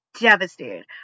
devastated